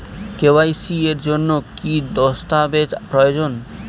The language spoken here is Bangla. কে.ওয়াই.সি এর জন্যে কি কি দস্তাবেজ প্রয়োজন?